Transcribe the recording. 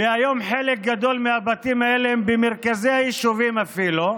והיום חלק גדול מהבתים האלה הם במרכזי היישובים אפילו,